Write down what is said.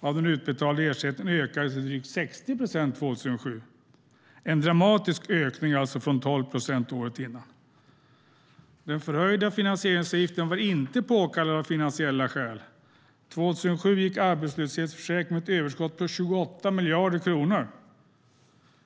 av den utbetalda ersättningen ökade till drygt 60 procent 2007, alltså en dramatisk ökning från 12 procent året innan. Den förhöjda finansieringsavgiften var inte påkallad av finansiella skäl. År 2007 gick arbetslöshetsförsäkringen med ett överskott på 28 miljarder kronor.